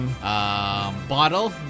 bottle